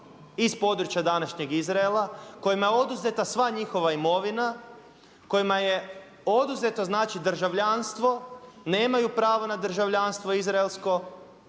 iz područja današnjeg Izraela, kojima je oduzeta sva njihova imovina, kojima je oduzeto znači državljanstvo, nemaju pravo na državljanstvo izraelsko.